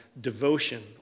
devotion